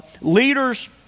leaders